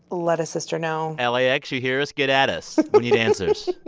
let a sister know ah lax you, hear us? get at us. we need answers